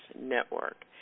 Network